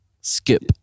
Skip